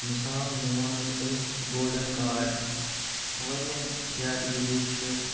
مِثال نِمون حظ أسۍ گولڈَن کارڈ واریاہ زیادٕ غریٖب چھِ